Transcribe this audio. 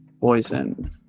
poison